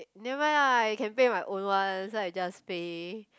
nevermind ah I can pay my own one so I just pay